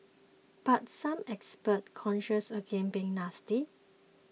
but some experts cautioned against being hasty